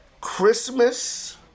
Christmas